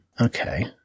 Okay